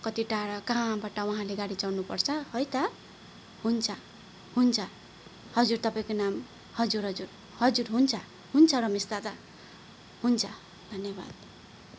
कति टाढा कहाँबाट उहाँले गाडी चढ्नु पर्छ है त हुन्छ हुन्छ हजुर तपाईँको नाम हजुर हजुर हजुर हुन्छ हुन्छ रमेश दादा हुन्छ धन्यवाद